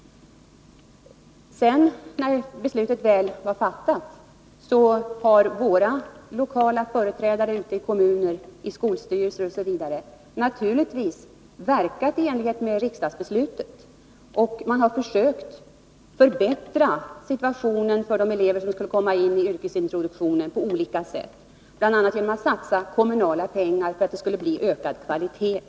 Sedan beslutet väl var fattat har våra lokala företrädare ute i kommunerna, i skolstyrelser osv. naturligtvis verkat i enlighet med riksdagsbeslutet. Man har på olika sätt försökt förbättra situationen för de elever som skulle komma in i yrkesintroduktionen, bl.a. genom att satsa kommunala pengar för att söka nå ökad kvalitet.